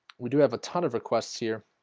we do have a ton of requests here